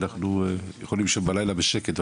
אנחנו יכולים לישון בלילה בשקט.